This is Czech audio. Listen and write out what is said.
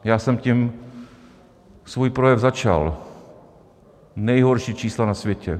Já jsem tím svůj projev začal, nejhorší čísla na světě.